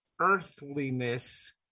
earthliness